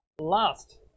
Last